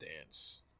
Dance